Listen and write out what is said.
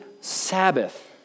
Sabbath